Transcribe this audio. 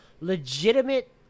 legitimate